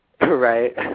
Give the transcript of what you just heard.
Right